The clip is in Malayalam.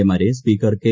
എ മാരെ സ്പീക്കർ കെ